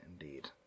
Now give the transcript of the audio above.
indeed